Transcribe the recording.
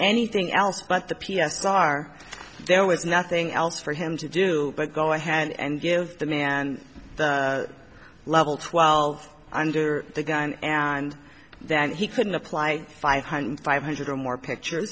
anything else but the p s r there was nothing else for him to do but go ahead and give the man and the level twelve under the gun and then he couldn't apply five hundred five hundred or more pictures